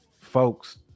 folks